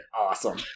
awesome